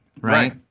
right